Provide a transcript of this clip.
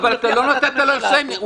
אבל עודד, תן לה לסיים את המשפט.